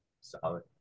Solid